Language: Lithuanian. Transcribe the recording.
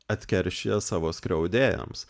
atkeršija savo skriaudėjams